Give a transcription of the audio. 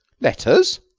letters?